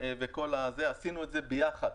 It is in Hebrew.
עשינו את זה ביחד,